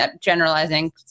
generalizing